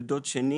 בן דוד שני,